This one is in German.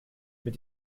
mit